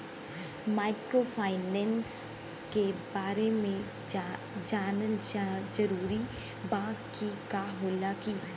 Microfinance के बारे में जानल जरूरी बा की का होला ई?